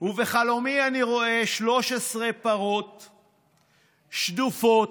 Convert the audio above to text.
ובחלומי אני רואה 13 פרות שדופות,